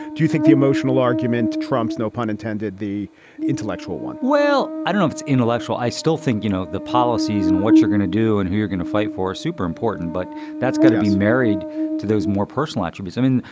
do you think the emotional argument trumps, no pun intended, the intellectual one? well, i don't know. it's intellectual. i still think, you know, the policies in what you're gonna do and who you're gonna fight for. super important. but that's got to be married to those more personal attributes. i mean,